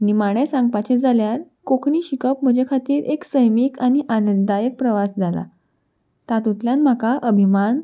निमाणें सांगपाचें जाल्यार कोंकणी शिकप म्हजे खातीर एक सैमीक आनी आनंददायक प्रवास जाला तातूंतल्यान म्हाका अभिमान